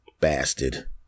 Bastard